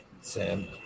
Sam